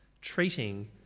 treating